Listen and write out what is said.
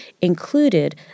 included